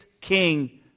king